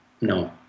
No